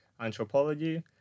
anthropology